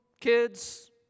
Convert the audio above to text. kids